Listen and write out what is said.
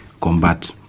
combat